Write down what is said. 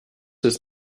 ist